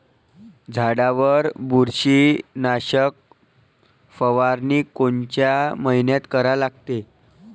झाडावर बुरशीनाशक फवारनी कोनच्या मइन्यात करा लागते?